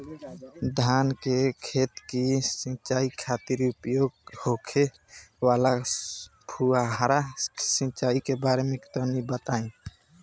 धान के खेत की सिंचाई खातिर उपयोग होखे वाला फुहारा सिंचाई के बारे में तनि बताई?